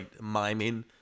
miming